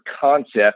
concept